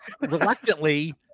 reluctantly